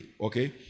okay